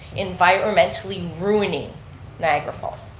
environmentally ruining niagara falls.